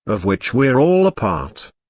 of which we're all a part,